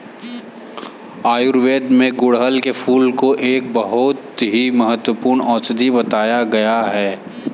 आयुर्वेद में गुड़हल के फूल को एक बहुत ही उत्तम औषधि बताया गया है